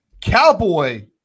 cowboy